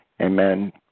Amen